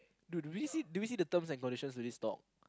dude do we see do we see the terms and condition to this talk